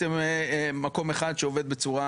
בחברה: "מחר בלילה אנחנו באים לבצע את החיבור".